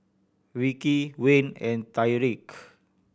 Ricki Wayne and Tyrique